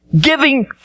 giving